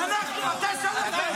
אדוני היושב-ראש,